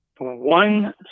One